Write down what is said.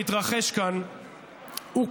שמתרחש כאן הוא,